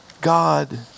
God